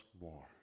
more